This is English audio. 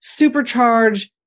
supercharge